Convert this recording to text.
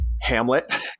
Hamlet